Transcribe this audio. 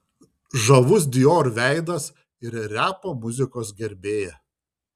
žavus dior veidas ir repo muzikos gerbėja